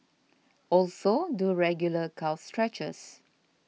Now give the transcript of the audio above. also do regular calf stretches